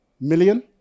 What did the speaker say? million